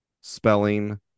spelling